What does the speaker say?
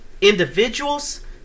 individuals